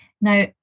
Now